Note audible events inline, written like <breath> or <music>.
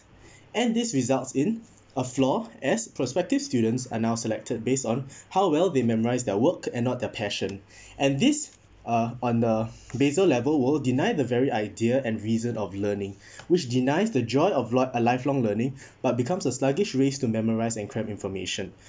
<breath> and this results in a floor as prospective students are now selected based on how well they memorise their work and not their passion <breath> and these on the basil level world deny the very idea and reason of learning <breath> which denies the joy of li~ of a lifelong learning but becomes a sluggish race to memorise and grab information